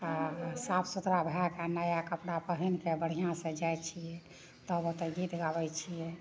आ साफ सुथड़ा भए कऽ नया कपड़ा पहिनके बढ़िआँसँ जाइ छियै तब ओतऽ गीत गाबैत छियै